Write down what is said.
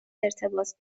ارتباط